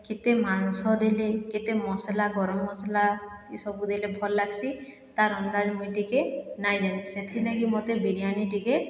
କେତେ ମାଂସ ଦେଲେ କେତେ ମସଲା ଗରମ ମସଲା ଇସବୁ ଦେଲେ ଭଲ ଲାଗ୍ସି ତାର ଅନ୍ଦାଜ୍ ମୁଇଁ ଟିକେ ନାଇଁ ଜାନି ସେଥିଲାଗି ମୋତେ ବିରିୟାନୀ ଟିକେ